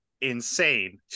insane